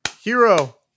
Hero